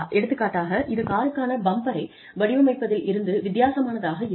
எடுத்துக்காட்டாக இது காருக்கான பம்பரை வடிவமைத்ததில் இருந்து வித்தியாசமானதாக இருக்கும்